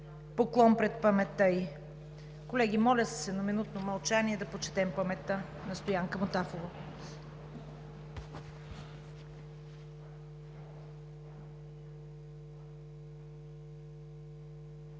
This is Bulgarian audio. Поклон пред паметта ѝ.“ Колеги, моля с едноминутно мълчание да почетем паметта на Стоянка Мутафова.